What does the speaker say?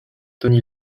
tony